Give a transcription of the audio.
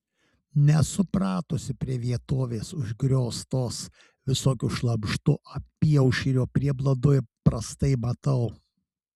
nesu pratusi prie vietovės užgrioztos visokiu šlamštu apyaušrio prieblandoje prastai matau